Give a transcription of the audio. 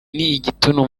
n’igituntu